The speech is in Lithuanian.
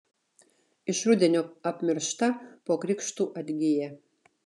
iš rudenio apmiršta po krikštų atgyja